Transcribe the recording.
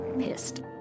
pissed